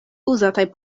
uzataj